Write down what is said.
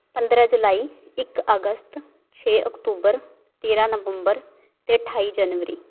ਪੰਦਰਾਂ ਜੁਲਾਈ ਇੱਕ ਅਗਸਤ ਛੇ ਅਕਤੂਬਰ ਤੇਰਾਂ ਨਵੰਬਰ ਅਤੇ ਅਠਾਈ ਜਨਵਰੀ